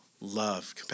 love